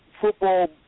football